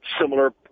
similar